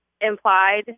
implied